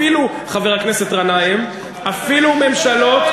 אפילו, חבר הכנסת גנאים, אפילו ממשלות,